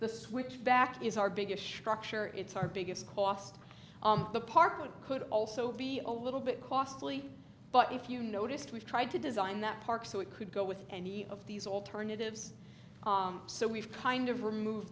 the switchback is our biggest structure it's our biggest cost the parking could also be a little bit costly but if you noticed we tried to design that park so it could go with any of these alternatives so we've kind of removed